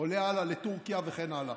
עולה הלאה לטורקיה וכן הלאה.